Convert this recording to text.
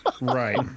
Right